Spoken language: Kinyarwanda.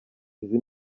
izi